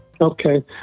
Okay